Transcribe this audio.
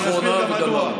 ואני אסביר גם מדוע.